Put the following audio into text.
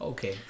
Okay